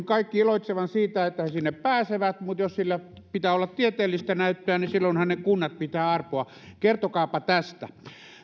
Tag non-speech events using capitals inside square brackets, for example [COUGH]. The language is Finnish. [UNINTELLIGIBLE] kaikki iloitsevan siitä että he työllisyyskokeiluun pääsevät mutta jos sillä pitää olla tieteellistä näyttöä niin silloinhan ne kunnat pitää arpoa kertokaapa tästä